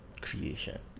creation